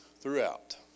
throughout